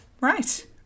right